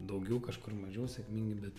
daugiau kažkur mažiau sėkmingi bet